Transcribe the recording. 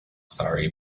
sorry